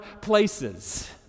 places